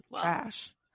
trash